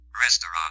Restaurant